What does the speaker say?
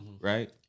right